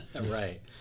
Right